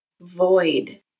void